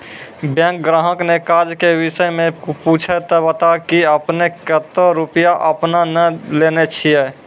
Bank ग्राहक ने काज के विषय मे पुछे ते बता की आपने ने कतो रुपिया आपने ने लेने छिए?